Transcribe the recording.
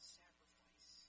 sacrifice